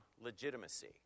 legitimacy